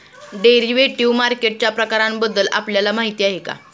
Derivative मार्केटच्या प्रकारांबद्दल आपल्याला माहिती आहे का?